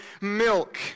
milk